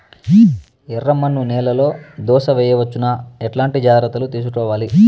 ఎర్రమన్ను నేలలో దోస వేయవచ్చునా? ఎట్లాంటి జాగ్రత్త లు తీసుకోవాలి?